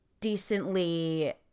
decently